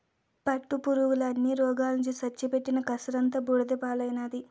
పట్టుపురుగుల అన్ని రోగాలొచ్చి సచ్చి పెట్టిన కర్సంతా బూడిద పాలైనాది